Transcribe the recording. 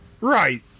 Right